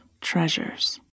treasures